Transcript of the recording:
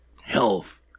health